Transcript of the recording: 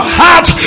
heart